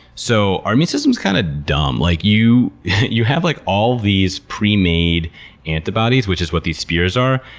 so, our immune system is kind of dumb. like you you have like all these premade antibodies, which is what these spears are,